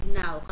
now